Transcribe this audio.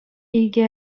икӗ